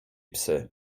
psy